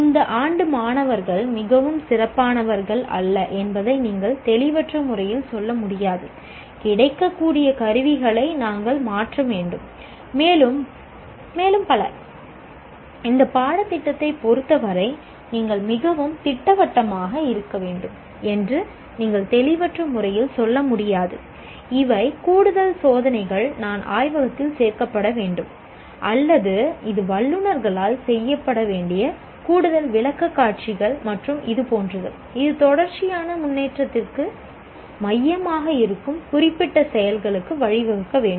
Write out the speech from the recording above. இந்த ஆண்டு மாணவர்கள் மிகவும் சிறப்பானவர்கள் அல்ல என்பதை நீங்கள் தெளிவற்ற முறையில் சொல்ல முடியாது கிடைக்கக்கூடிய கருவிகளை நாங்கள் மாற்ற வேண்டும் மேலும் பல இந்த பாடத்திட்டத்தைப் பொறுத்தவரை நீங்கள் மிகவும் திட்டவட்டமாக இருக்க வேண்டும் என்று நீங்கள் தெளிவற்ற முறையில் சொல்ல முடியாது இவை கூடுதல் சோதனைகள் நான் ஆய்வகத்தில் சேர்க்க வேண்டும் அல்லது இது வல்லுநர்களால் செய்யப்பட வேண்டிய கூடுதல் விளக்கக்காட்சிகள் மற்றும் இது போன்றது இது தொடர்ச்சியான முன்னேற்றத்தின் மையமாக இருக்கும் குறிப்பிட்ட செயல்களுக்கு வழிவகுக்க வேண்டும்